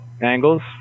angles